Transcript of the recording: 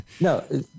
no